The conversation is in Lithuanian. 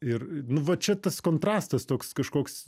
ir nu va čia tas kontrastas toks kažkoks